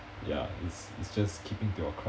ya it's it's just keeping to your